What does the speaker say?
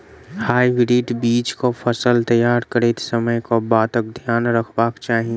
Hybrid बीज केँ फसल तैयार करैत समय कऽ बातक ध्यान रखबाक चाहि?